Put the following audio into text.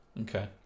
Okay